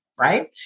right